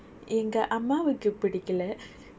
எங்க அம்மாவுக்கு பிடிக்கலை:engae ammavukku pidikkalai